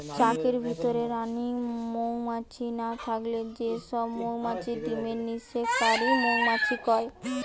চাকের ভিতরে রানী মউমাছি না থাকলে যে সব মউমাছি ডিমের নিষেক কারি মউমাছি কয়